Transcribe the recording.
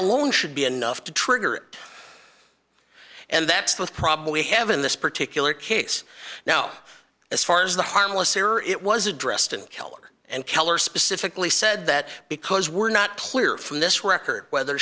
alone should be enough to trigger and that's the problem we have in this particular case now as far as the harmless error it was addressed and keller and keller specifically said that because we're not clear from this record whether